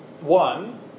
One